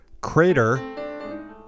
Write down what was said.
Crater